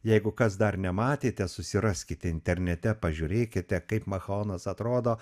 jeigu kas dar nematėte susiraskite internete pažiūrėkite kaip machaonas atrodo